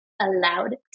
allowed